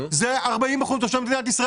זה 40 אחוזים מתושבי מדינת ישראל.